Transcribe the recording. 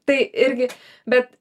tai irgi bet